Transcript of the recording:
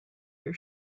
your